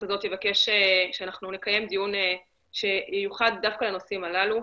הזאת אני אבקש שנקיים דיון שייחוד לנושאים הללו,